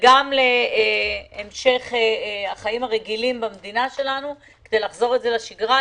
וגם להמשך החיים הרגילים במדינה שלנו וחזרה לשגרה,